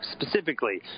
Specifically